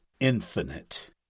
Infinite